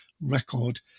record